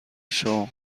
شغل